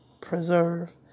Preserve